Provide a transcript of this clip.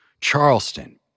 Charleston